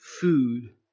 food